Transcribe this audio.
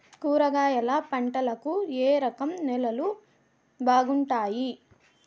కూరగాయల పంటలకు ఏ రకం నేలలు బాగుంటాయి?